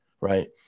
right